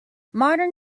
modern